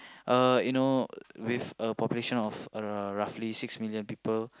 uh you know with a population of around roughly six million people